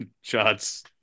Shots